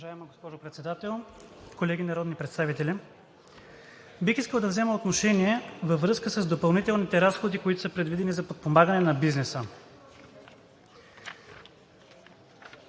Уважаема госпожо Председател, колеги народни представители! Бих искал да взема отношение във връзка с допълнителните разходи, които са предвидени за подпомагане на бизнеса.